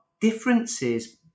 differences